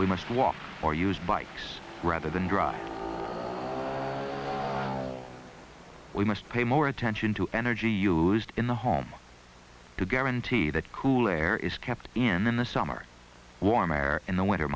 we must walk or use bikes rather than drive we must pay more attention to energy used in the home to guarantee that cool air is kept in the summer warm air in the winter